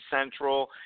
Central